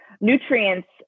Nutrients